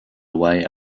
away